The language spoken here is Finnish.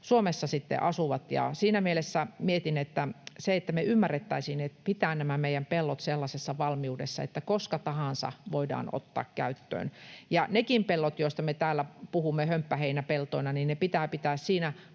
Suomessa asuvat. Siinä mielessä mietin, että kunpa me ymmärrettäisiin pitää nämä meidän pellot sellaisessa valmiudessa, että koska tahansa ne voidaan ottaa käyttöön. Nekin pellot, joista me täällä puhumme hömppäheinäpeltoina, pitää pitää siinä